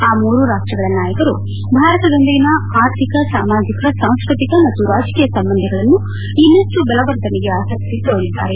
ಆ ಮೂರು ರಾಷ್ಟಗಳ ನಾಯಕರು ಭಾರತದೊಂದಿಗಿನ ಆರ್ಥಿಕ ಸಾಮಾಜಿಕ ಸಾಂಸ್ಕೃತಿಕ ಮತ್ತು ರಾಜಕೀಯ ಸಂಬಂಧಗಳನ್ನು ಇನ್ನಷ್ನು ಬಲವರ್ಧನೆಗೆ ಅಸಕ್ತಿ ತೋರಿದ್ದಾರೆ